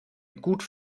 gut